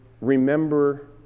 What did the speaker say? remember